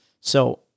So-